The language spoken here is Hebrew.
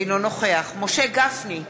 אינו נוכח משה גפני,